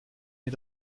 mir